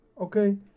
okay